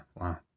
Wow